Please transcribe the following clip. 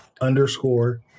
underscore